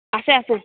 আছে আছে